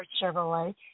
Chevrolet